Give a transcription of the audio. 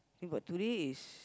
then but today is